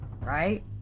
right